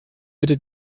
bitte